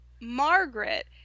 Margaret